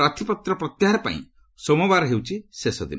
ପ୍ରାର୍ଥୀପତ୍ର ପ୍ରତ୍ୟାହାରପାଇଁ ସୋମବାର ହେଉଛି ଶେଷଦିନ